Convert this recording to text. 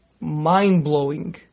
mind-blowing